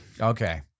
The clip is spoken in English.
Okay